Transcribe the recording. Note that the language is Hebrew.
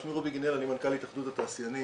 שמי רובי גינר, אני מנכ"ל התאחדות התעשיינים.